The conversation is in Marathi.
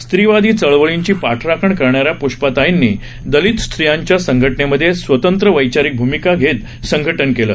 स्त्रीवादी चळवळींची पाठराखण करणाऱ्या प्ष्पाताईनी दलित स्त्रियांच्या संघटनेमध्ये स्वतंत्र वैचारिक भूमिका घेत संघटन केलं